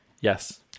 yes